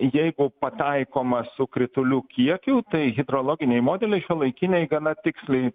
jeigu pataikoma su kritulių kiekiu tai hidrologiniai modeliai šiuolaikiniai gana tiksliai